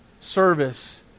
service